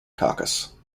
caucus